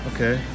Okay